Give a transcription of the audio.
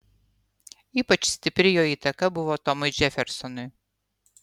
ypač stipri jo įtaka buvo tomui džefersonui